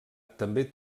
també